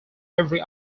every